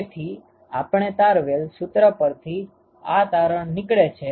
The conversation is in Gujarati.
તેથી આપણે તારવેલ સુત્ર પરથી આ તારણ નીકળે છે